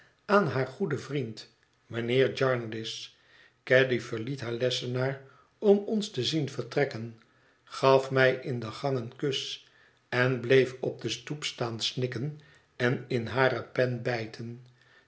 aan haar goeden vriend mijnheer jarndyce caddy verliet haar lessenaar om ons te zien vertrekken gaf mij in den gang een kus en bleef op de stoep staan snikken en in hare pen bijten